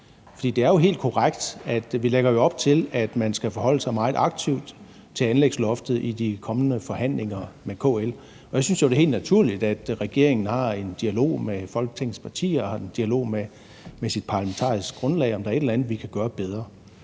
Det er jo helt korrekt, at vi lægger op til, at man skal forholde sig meget aktivt til anlægsloftet i de kommende forhandlinger med KL, og jeg synes jo det er helt naturligt, at regeringen har en dialog med Folketingets partier og har en dialog med sit parlamentariske grundlag om, om der er et eller andet, vi kan gøre bedre.